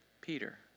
Peter